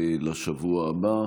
לשבוע הבא.